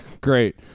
great